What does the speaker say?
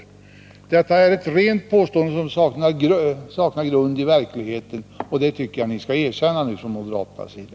Att det skulle bli en försämring är ett påstående som saknar grund i verkligheten, och det tycker jag att ni skall erkänna nu från moderaternas sida.